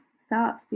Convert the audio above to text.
start